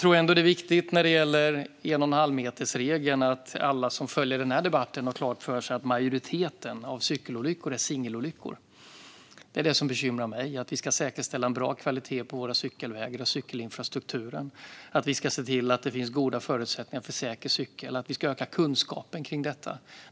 När det gäller 1,5-metersregeln tror jag att det är viktigt att alla som följer den här debatten har klart för sig att majoriteten av cykelolyckorna är singelolyckor. Vi ska säkerställa en bra kvalitet på våra cykelvägar och cykelinfrastrukturen och att det finns goda förutsättningar för säker cykling. Vi ska öka kunskapen kring detta.